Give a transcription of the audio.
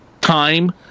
time